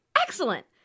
Excellent